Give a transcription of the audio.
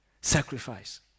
Sacrifice